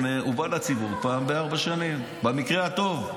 הוא בא לציבור פעם בארבע שנים, במקרה הטוב.